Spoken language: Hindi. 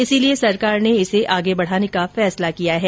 इसलिए सरकार ने इसे आगे बढाने का फैसला किया है